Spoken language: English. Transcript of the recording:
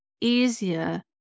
easier